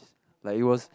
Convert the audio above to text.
like it was